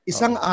Isang